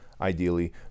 ideally